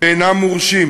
ואינם מורשים.